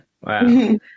Wow